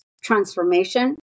transformation